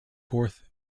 fourth